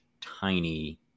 tiny